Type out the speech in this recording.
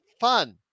fun